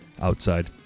outside